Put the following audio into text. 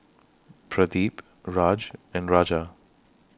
Pradip Raj and Raja